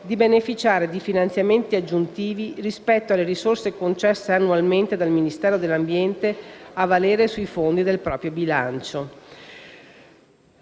di beneficiare di finanziamenti aggiuntivi rispetto alle risorse concesse annualmente dal Ministero dell'ambiente a valere sui fondi del proprio bilancio.